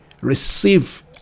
receive